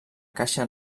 caixa